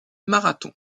marathon